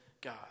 God